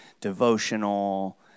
devotional